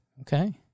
Okay